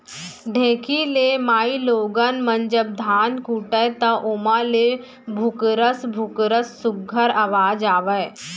ढेंकी ले माईगोगन मन जब धान कूटय त ओमा ले भुकरस भुकरस सुग्घर अवाज आवय